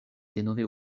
denove